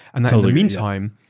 and the so the meantime,